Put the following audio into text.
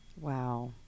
Wow